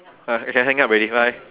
ah you can hang up already bye